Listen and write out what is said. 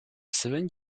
seven